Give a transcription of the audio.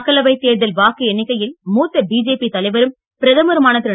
மக்களவைதேர்தல்வாக்குஎண்ணிக்கையில்மூத்தபிஜேபிதலைவரும் பிரதமருமானதிரு